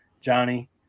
johnny